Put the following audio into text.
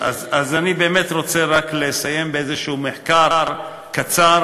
אז אני באמת רוצה רק לסיים במחקר קצר